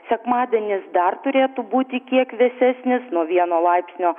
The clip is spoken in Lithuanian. sekmadienis dar turėtų būti kiek vėsesnis nuo vieno laipsnio